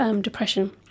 depression